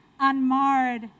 unmarred